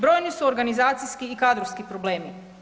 Brojni su organizacijski i kadrovski problemi.